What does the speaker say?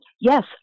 Yes